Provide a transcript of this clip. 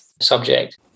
subject